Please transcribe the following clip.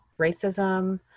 racism